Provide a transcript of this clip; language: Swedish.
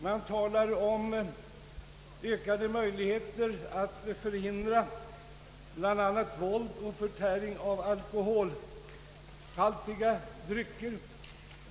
Man talar om ökade möjligheter att förhindra våld och förtäring av alkoholhaltiga drycker.